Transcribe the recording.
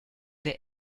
der